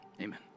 amen